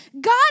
God